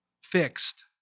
fixed